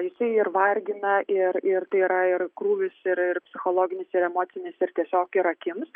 jisai ir vargina ir ir tai yra ir krūvis ir ir psichologinis ir emocinis ir tiesiog ir akims